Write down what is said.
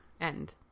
End